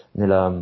nella